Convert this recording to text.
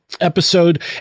episode